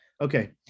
Okay